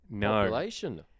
population